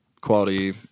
quality